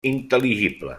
intel·ligible